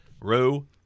Row